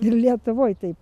ir lietuvoj taip